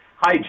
Hi